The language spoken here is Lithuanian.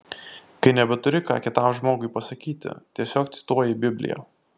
kai nebeturi ką kitam žmogui pasakyti tiesiog cituoji bibliją